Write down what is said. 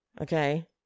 Okay